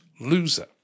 loser